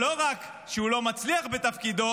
שלא רק שהוא לא מצליח בתפקידו,